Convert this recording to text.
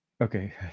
Okay